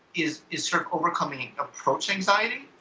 is is sort of overcoming approach anxiety.